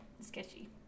sketchy